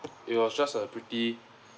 it was just a pretty